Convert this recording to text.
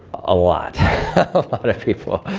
a lot of but but of people.